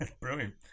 brilliant